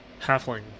halfling